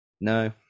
No